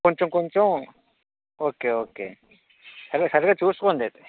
కొంచుం కొంచుం okay okay సరే సరే చూసుకోండి అయితే